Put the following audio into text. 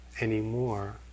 anymore